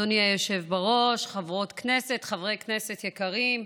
אדוני היושב-ראש, חברות כנסת, חברי כנסת יקרים,